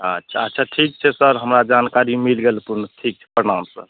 अच्छा अच्छा ठीक छै सर हमरा जानकारी मिलि गेल पूर्ण ठीक छै प्रणाम सर